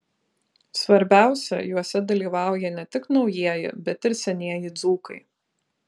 svarbiausia juose dalyvauja ne tik naujieji bet ir senieji dzūkai